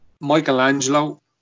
michelangelo